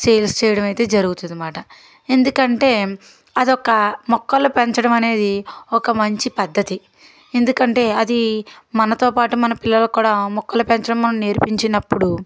sales చేయడం అయితే జరుగుతుంది అన్నమాట ఎందుకంటే అది ఒక మొక్కలు పెంచడం అనేది ఒక మంచి పద్ధతి ఎందుకు అంటే అది మనతో పాటు మన పిల్లలు కూడా మొక్కలు పెంచడం మనం నేర్పించినప్పుడు